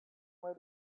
where